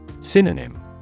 Synonym